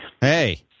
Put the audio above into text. Hey